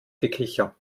gekicher